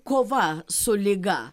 kova su liga